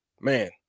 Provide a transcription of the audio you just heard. man